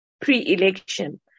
pre-election